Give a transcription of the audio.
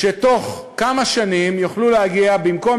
שבתוך כמה שנים יוכלו להגיע במקום